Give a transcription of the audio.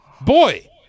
boy